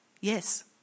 Yes